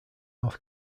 north